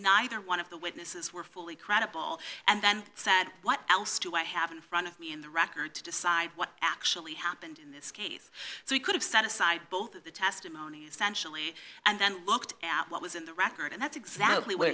neither one of the witnesses were fully credible and then said what else do i have in front of me in the record to decide what actually happened in this case so we could have set aside both of the testimonies sensually and then looked at what was in the record and that's exactly what